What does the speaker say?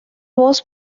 voz